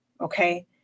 okay